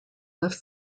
left